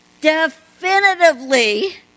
definitively